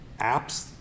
apps